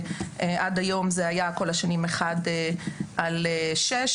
עד היום זה היה כל השנים אחד על שש.